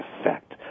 effect